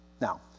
Now